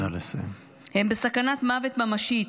הם בסכנת מוות ממשית.